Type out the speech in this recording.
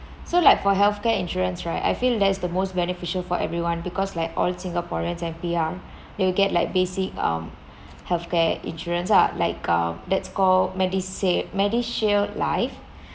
so like for healthcare insurance right I feel that's the most beneficial for everyone because like all singaporeans and P_R you'll get like basic um healthcare insurance ah like um that's called medisave medishield life